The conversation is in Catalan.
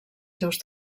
seus